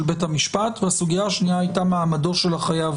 בית המשפט והסוגיה השנייה הייתה מעמדו של החייב